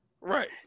Right